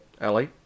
Ellie